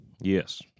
Yes